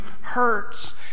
hurts